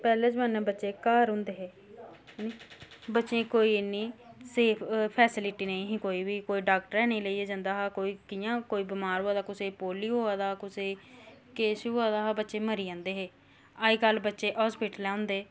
पैहले जमाने च बच्चे घर होंदे हे बच्चें गी कोई इन्नी सेफ फैसिलिटी नेई ही कोई बी कोई डाक्टरा नेई लेइये जंदा हा कोई कियां कोई बमार होआ दा कुसे गी पोलियो होआ दा कुसे गी किश होआ दा बच्चे मरी जंदे हे अज्ज कल्ल बच्चे हास्पिटलै हुंदे